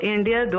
India